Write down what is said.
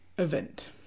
Event